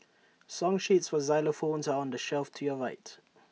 song sheets for xylophones are on the shelf to your right